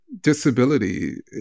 disability